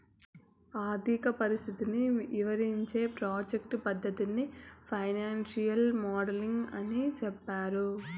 ఆర్థిక పరిస్థితిని ఇవరించే ప్రాజెక్ట్ పద్దతిని ఫైనాన్సియల్ మోడలింగ్ అని సెప్తారు